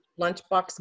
lunchbox